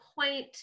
point